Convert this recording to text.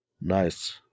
Nice